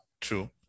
True